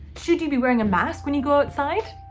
should you be wearing a mask when you go outside?